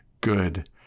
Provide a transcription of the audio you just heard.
good